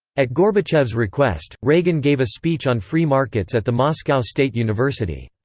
at gorbachev's request, reagan gave a speech on free markets at the moscow state university.